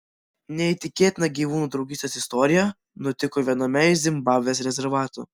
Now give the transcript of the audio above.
neįtikėtina gyvūnų draugystės istorija nutiko viename iš zimbabvės rezervatų